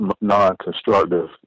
non-constructive